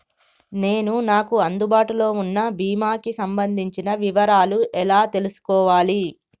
నేను నాకు అందుబాటులో ఉన్న బీమా కి సంబంధించిన వివరాలు ఎలా తెలుసుకోవాలి?